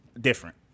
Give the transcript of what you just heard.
different